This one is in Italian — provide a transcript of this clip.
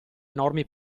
enormi